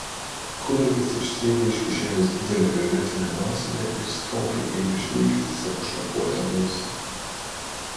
kunigas išsiėmė iš kišenės didelę violetinę nosinę ir stropiai ėmė šnypšti savo šlakuotą nosį